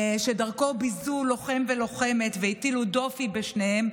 שדרכו ביזו לוחם ולוחמת והטילו דופי בשניהם,